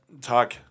talk